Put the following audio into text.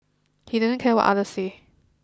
he didn't care what other said